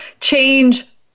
change